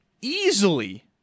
easily